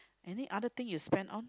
any other thing you spend on